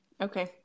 Okay